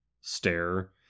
stare